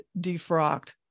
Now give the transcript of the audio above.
defrocked